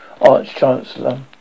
Arch-Chancellor